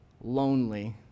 lonely